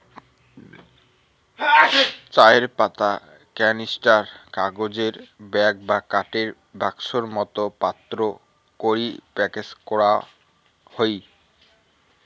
চায়ের পাতা ক্যানিস্টার, কাগজের ব্যাগ বা কাঠের বাক্সোর মতন পাত্রত করি প্যাকেজ করাং হই